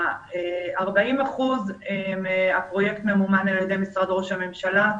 40 אחוזים מהפרויקט ממומנים על ידי משרד ראש הממשלה,